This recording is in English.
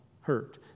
hurt